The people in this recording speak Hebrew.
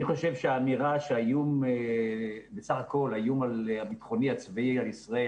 אני חושב שהאמירה שבסך הכול האיום הביטחוני הצבאי על ישראל,